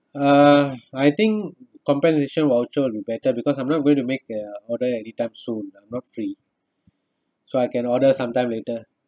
uh I think compensation voucher will be better because I'm not going to make uh order anytime soon not free so I can order sometime later